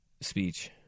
speech